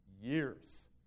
years